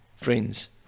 friends